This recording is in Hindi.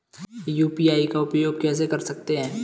यू.पी.आई का उपयोग कैसे कर सकते हैं?